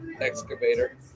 excavator